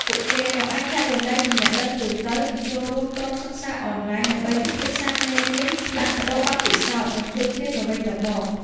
ពួកគេក៏អាចចែករំលែក ចំណេះដឹងទូទៅ និងចូលរួម ក្រុមសិក្សាអនឡាញ ដើម្បីពិភាក្សាមេរៀន ផ្លាស់ប្ដូរបទពិសោធន៍ និងជួយគ្នាទៅវិញទៅមក។